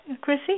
Chrissy